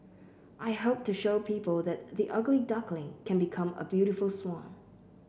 I hope to show people that the ugly duckling can become a beautiful swan